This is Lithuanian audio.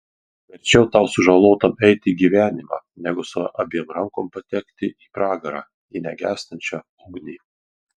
verčiau tau sužalotam įeiti į gyvenimą negu su abiem rankom patekti į pragarą į negęstančią ugnį